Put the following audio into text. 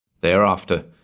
Thereafter